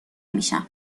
میشم